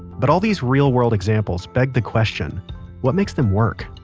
but all these real world examples beg the question what makes them work?